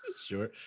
sure